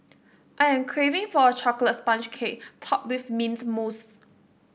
I am craving for a chocolate sponge cake topped with mint mousse